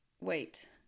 Wait